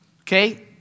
okay